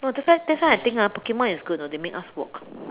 no that's why that's why I think ah Pokemon is good you know they make us walk